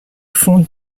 fond